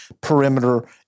perimeter